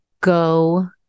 go